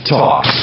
talk